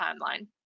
timeline